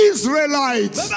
Israelites